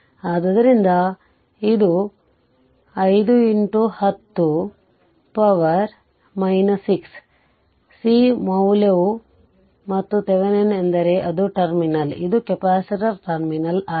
ಆದ್ದರಿಂದ ಇದು ಶಕ್ತಿಗೆ 510 ರ ಪವರ್ ಆಗಿದೆ 6 c ಮೌಲ್ಯವ್ಗುತ್ತದೆ ಮತ್ತು ಥೆವೆನಿನ್ ಎಂದರೆ ಇದು ಟರ್ಮಿನಲ್ ಇದು ಕೆಪಾಸಿಟರ್ನ ಟರ್ಮಿನಲ್ ಆಗಿದೆ